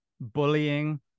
bullying